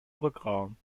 rückraum